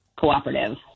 cooperative